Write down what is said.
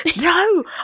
no